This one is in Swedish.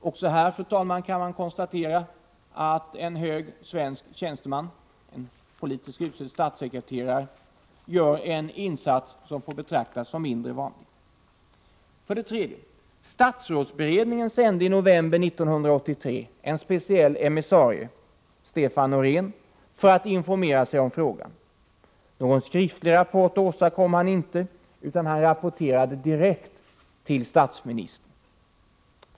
Även här, fru talman, kan man konstatera att en hög svensk tjänsteman, en politiskt tillsatt statssekreterare, gör en insats som får betraktas som mindre vanlig. 3. Statsrådsberedningen sände i november 1983 en speciell emissarie, Stefan Noréen, för att informera sig om frågan. Någon skriftlig rapport åstadkom han inte, utan han rapporterade direkt till statsministern.